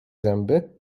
zęby